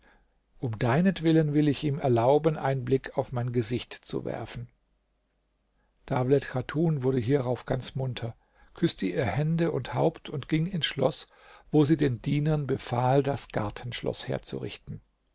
um deinetwillen will ich ihm erlauben einen blick auf mein gesicht zu werfen dawlet chatun wurde hierauf ganz munter küßte ihr hände und haupt und ging ins schloß wo sie den dienern befahl das gartenschloß herzurichten